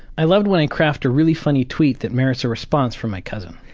i love when i craft a really funny tweet that merits a response from my cousin.